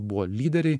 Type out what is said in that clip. buvo lyderiai